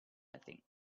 nothing